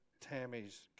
Tammy's